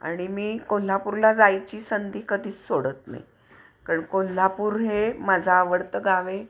आणि मी कोल्हापूरला जायची संधी कधीच सोडत नाही कारण कोल्हापूर हे माझं आवडतं गाव आहे